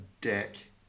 dick